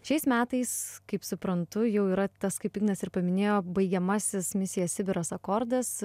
šiais metais kaip suprantu jau yra tas kaip ignas ir paminėjo baigiamasis misija sibiras akordas